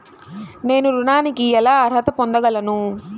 నేను ఋణానికి ఎలా అర్హత పొందగలను?